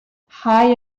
high